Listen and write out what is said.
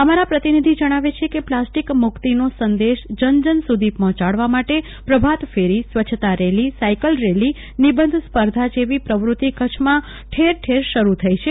અમારા પ્રતિનિધિ જણાવે છે કે પ્લાસ્ટિક મુક્તિનો સંદેશ જનજન સુધી પંજોચાડવા માટે પ્રભાત ફેરી સ્વચ્છતા રેલીસાયકલ રેલીનિબંધ સ્પર્ધા જેવી પ્રવુતિ કરછમાં ઠેર ઠેર શરૂ થઇ છે